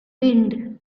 wind